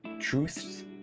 truths